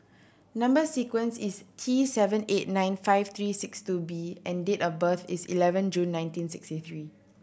number sequence is T seven eight nine five three six two B and date of birth is eleven June nineteen sixty three